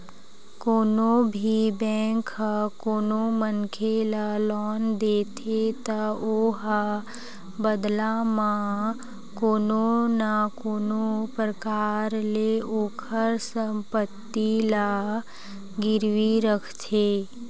कोनो भी बेंक ह कोनो मनखे ल लोन देथे त ओहा बदला म कोनो न कोनो परकार ले ओखर संपत्ति ला गिरवी रखथे